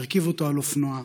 הרכיב אותה על אופנוע.